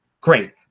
great